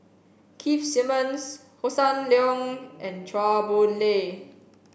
keith Simmons Hossan Leong and Chua Boon Lay